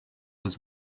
was